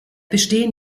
bestehen